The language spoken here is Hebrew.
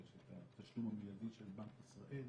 יש את התשלום המיידי של בנק ישראל.